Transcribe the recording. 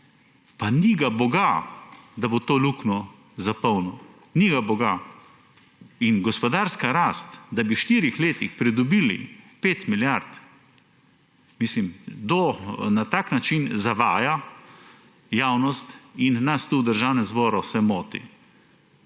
Pa ni ga boga, da bo to luknjo zapolnil! Ni ga boga. Gospodarska rast, da bi v štirih letih pridobili 5 milijard, mislim – kdor na tak način zavaja javnost in nas tu v Državnem zboru, se moti.